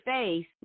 face